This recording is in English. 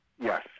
yes